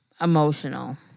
emotional